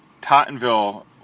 Tottenville